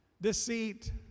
deceit